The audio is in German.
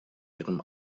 ihrem